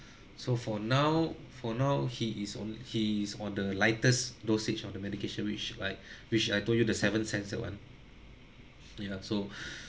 so for now for now he is on he is on the lightest dosage of the medication which like which I told you the seven cents that one ya so